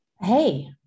Hey